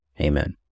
Amen